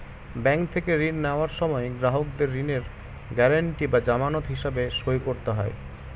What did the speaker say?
bank থেকে ঋণ নেওয়ার সময় গ্রাহকদের ঋণের গ্যারান্টি বা জামানত হিসেবে সই করতে হয়